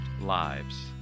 lives